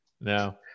No